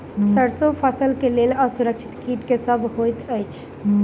सैरसो फसल केँ लेल असुरक्षित कीट केँ सब होइत अछि?